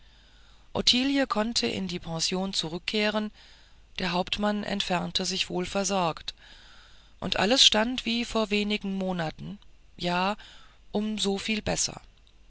ottilie konnte in die pension zurückkehren der hauptmann entfernte sich wohlversorgt und alles stand wie vor wenigen monaten ja um so viel besser